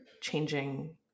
changing